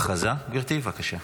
הודעה, גברתי, בבקשה.